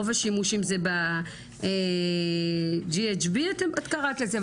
רוב השימושים זה ב-GHB את קראת לזה,